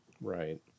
Right